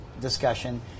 discussion